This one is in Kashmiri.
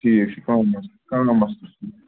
ٹھیٖک چھُ کانٛہہ مَسلہٕ کانٛہہ مَسلہٕ چھُنہٕ